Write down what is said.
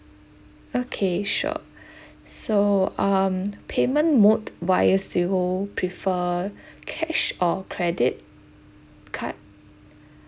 okay sure so um payment mode wise do you prefer cash or credit card